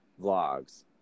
vlogs